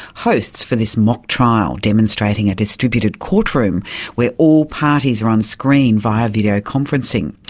hosts for this mock trial demonstrating a distributed courtroom where all parties are on screen via videoconferencing.